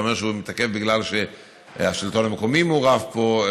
ואתה אומר שהוא מתעכב בגלל שהשלטון המקומי מעורב פה,